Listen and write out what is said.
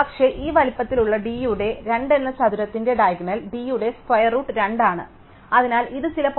പക്ഷേ ഈ വലിപ്പത്തിലുള്ള d യുടെ 2 എന്ന ചതുരത്തിന്റെ ഡയഗണൽ d യുടെ സ്ക്വരെറൂട്ട് 2 ആണ് അതിനാൽ ഇത് ചില പോയിന്റുകൾ 0